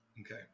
Okay